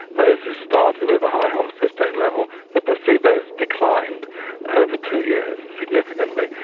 those who started with a high homocysteine level the placebos declined over two years significantly.